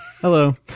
Hello